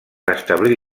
establir